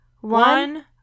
one